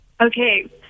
Okay